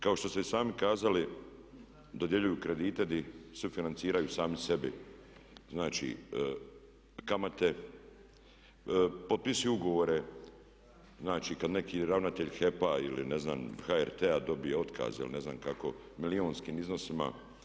Kao što ste i sami kazali dodjeljuju kredite gdje sufinanciraju sami sebi znači kamate, potpisuju ugovore kad neki ravnatelj HEP-a ili ne znam HRT-a dobije otkaz ili ne znam kako u milijunskim iznosima.